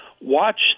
watch